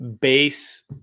base